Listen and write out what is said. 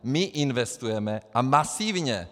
My investujeme, a masivně.